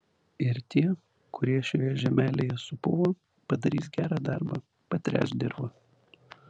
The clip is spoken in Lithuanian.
ir tie kurie šioje žemelėje supuvo padarys gerą darbą patręš dirvą